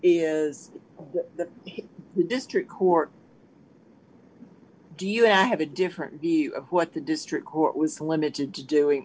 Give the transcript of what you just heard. is that the district court do you have a different view of what the district court was limited to doing